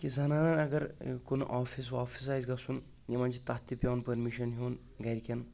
زَنانن اگر کُن آفِس وافس آسہِ گژھُن یِمن چھُ تَتھ تہِ پیٚوان پٔرمِشن ہیوٚن گرِکٮ۪ن